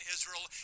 Israel